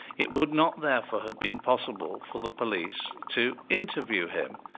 it would not therefore have been possible for the police to interview him.